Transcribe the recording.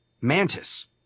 Mantis